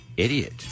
idiot